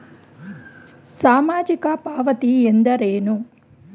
ಸಾಮಾಜಿಕ ಪಾವತಿ ಎಂದರೇನು?